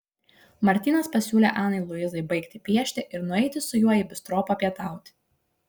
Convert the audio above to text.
martynas pasiūlė anai luizai baigti piešti ir nueiti su juo į bistro papietauti